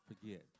forget